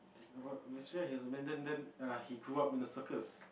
he has abandoned then uh he grew up in a circus